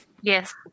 Yes